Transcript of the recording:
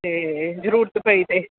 ਅਤੇ ਜ਼ਰੂਰਤ ਪਈ 'ਤੇ